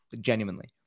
genuinely